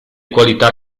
qualità